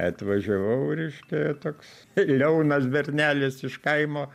atvažiavau reiškia toks liaunas bernelis iš kaimo